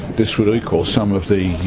this would equal some of the